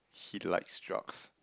he likes drugs